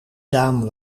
daan